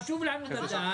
חשוב לנו לדעת,